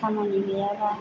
खामानि गैयाबा